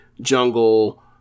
jungle